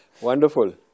Wonderful